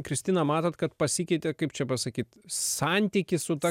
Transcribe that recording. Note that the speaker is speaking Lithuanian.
kristina matot kad pasikeitė kaip čia pasakyt santykis su ta